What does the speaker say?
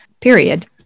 period